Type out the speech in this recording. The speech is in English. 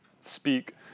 speak